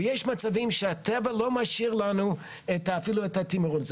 ויש מצבים שהטבע לא משאיר לנו אפילו את התמרון.